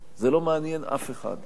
זה לא מעניין אף אחד.